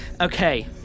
Okay